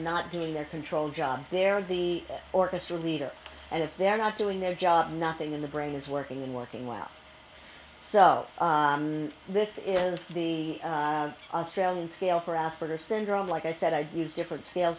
not doing their control job they're the orchestra leader and if they're not doing their job nothing in the brain is working and working well so this is the australian scale for asperger syndrome like i said i use different scales